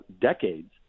decades